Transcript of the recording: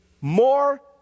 More